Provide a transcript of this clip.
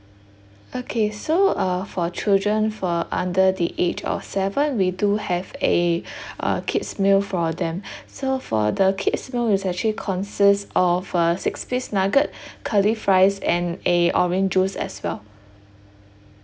okay so uh for children for under the age of seven we do have a uh a kid's meal for them so for the kids meal it's actually consists of uh six piece nugget curly fries and a orange juice as well